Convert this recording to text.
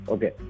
Okay